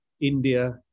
India